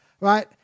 Right